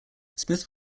smith